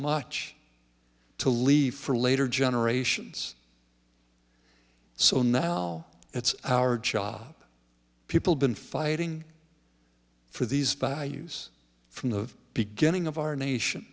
much to leave for later generations so now it's our job people been fighting for these values from the beginning of our nation